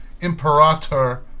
imperator